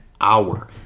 hour